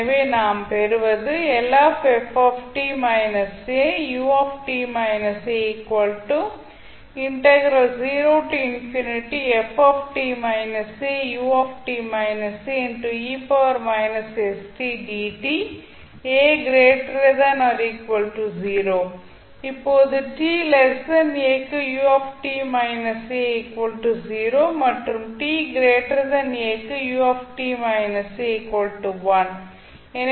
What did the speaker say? எனவே நாம் பெறுவது இப்போது t a க்கு ut − a 0 மற்றும் t a க்கு ut − a 1